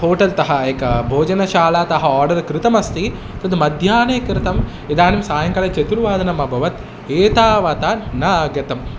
होटल्तः एकः भोजनशालातः आर्डर् कृतमस्ति तद् मध्याह्ने कृतम् इदानीं सायङ्काले चतुर्वादनम् अभवत् एतावत् न आगतम्